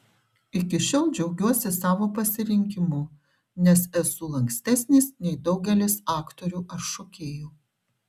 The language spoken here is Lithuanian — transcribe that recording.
iki šiol džiaugiuosi savo pasirinkimu nes esu lankstesnis nei daugelis aktorių ar šokėjų